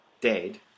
dead